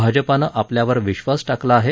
भाजपानं आपल्यावर विश्वास टाकला आहे